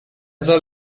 soll